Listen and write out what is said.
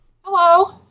Hello